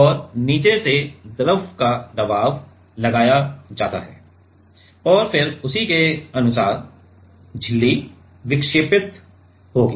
और नीचे से द्रव का दबाव लगाया जाता है और फिर उसी के अनुसार झिल्ली विक्षेपित होगी